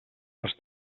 els